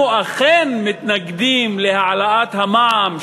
אנחנו אכן מתנגדים להעלאת המע"מ,